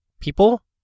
people